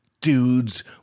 dudes